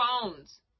phones